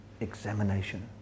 examination